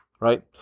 right